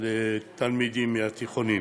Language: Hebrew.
לתלמידים מהתיכונים.